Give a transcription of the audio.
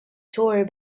tour